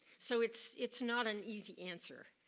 so, it's it's not an easy answer.